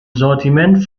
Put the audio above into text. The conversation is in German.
sortiment